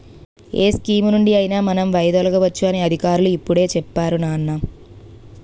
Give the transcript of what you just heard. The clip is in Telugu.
ఏ స్కీమునుండి అయినా మనం వైదొలగవచ్చు అని అధికారులు ఇప్పుడే చెప్పేరు నాన్నా